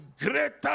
greater